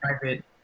private